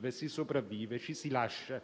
ma si sopravvive e ci si lascia